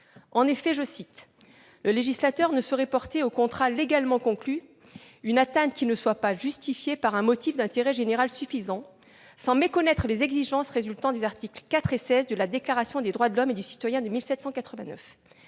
En effet, « le législateur ne saurait porter aux contrats légalement conclus une atteinte qui ne soit pas justifiée par un motif d'intérêt général suffisant sans méconnaître les exigences résultant des articles IV et XVI de la Déclaration des droits de l'homme et du citoyen de 1789 »